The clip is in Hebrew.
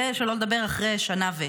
זה, שלא לדבר על אחרי שנה ו-.